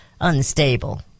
unstable